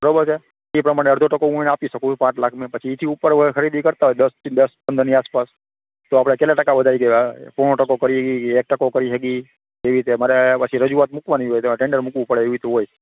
બરોબર છે ઇ પ્રમાણે અડધો ટકો હું એને આપી સકું પાંચ લાખ ને પછી ઇ થઇ ઉપર ખરીદી કરતાં હોય દસ દસ પંદરની આસપાસ તો આપડે કેટલા ટકા વધારી દેવાયે પોણો ટકો પર એક ટકો કરી હકી ઇ રીતે મને પછી રજૂઆત મૂકવાની હોય તેમાં ટેન્ડર મૂકવું પડે એવી રીતે હોય